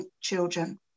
children